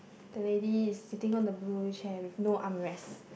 the lady is sitting on a blue chair with no armrest